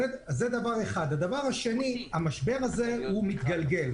הדבר השני, המשבר הזה הוא מתגלגל.